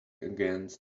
against